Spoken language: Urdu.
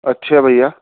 اچھا بھیا